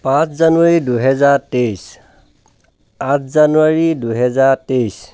পাঁচ জানুৱাৰী দুই হাজাৰ তেইছ আঠ জানুৱাৰী দুই হাজাৰ তেইছ